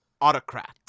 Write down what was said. autocrat